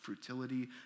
fertility